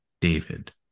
David